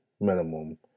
minimum